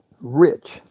rich